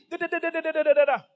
da-da-da-da-da-da-da-da-da